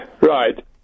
Right